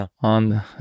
on